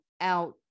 out